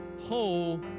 whole